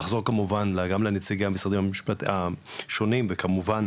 נחזור כמובן גם לנציגי המשרדים השונים וכמובן